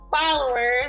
followers